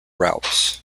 routes